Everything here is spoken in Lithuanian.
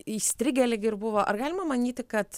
įstrigę lyg ir buvo ar galima manyti kad